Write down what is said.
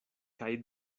kaj